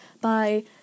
by-